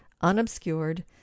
unobscured